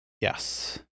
Yes